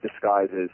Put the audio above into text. disguises